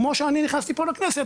כמו שאני נכנסתי פה לכנסת,